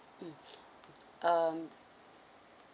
mm um